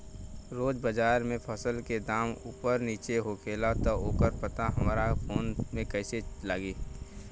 रोज़ बाज़ार मे फसल के दाम ऊपर नीचे होखेला त ओकर पता हमरा फोन मे कैसे लागी?